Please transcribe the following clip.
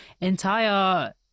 entire